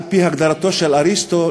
על-פי הגדרתו של אריסטו,